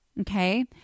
Okay